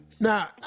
Now